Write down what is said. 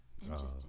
Interesting